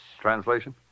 Translation